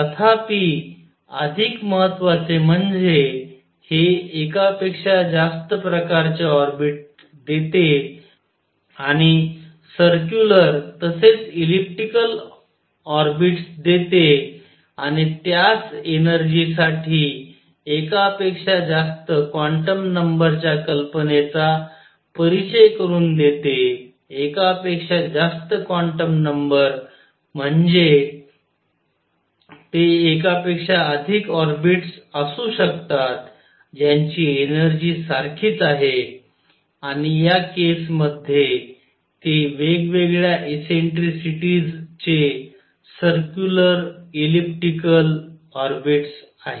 तथापि अधिक महत्त्वाचे म्हणजे हे एकापेक्षा जास्त प्रकारचे ऑर्बिट देते आणि सर्क्युलर तसेच इलिप्टिकल ऑर्बिटस देते आणि त्याच एनर्जी साठी एकापेक्षा जास्त क्वांटम नंबरच्या कल्पनेचा परिचय करून देते एकापेक्षा जास्त क्वांटम नंबर म्हणजे ते एका पेक्षा अधिक ऑर्बिटस असू शकतात ज्यांची एनर्जी सारखीच आहे आणि या केस मध्ये ते वेगवेगळ्या एसेंट्रिसिटीज चे सर्क्युलर इलिप्टिकल ऑर्बिटस आहेत